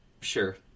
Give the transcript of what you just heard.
Sure